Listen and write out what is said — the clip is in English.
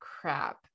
crap